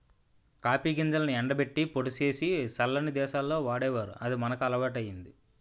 copy గింజలను ఎండబెట్టి పొడి సేసి సల్లని దేశాల్లో వాడేవారు అది మనకి అలవాటయ్యింది